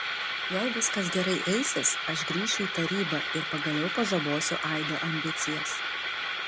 jei viskas gerai eisis aš grįšiu į tarybą ir pagaliau pažabosiu aido ambicijas